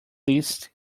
least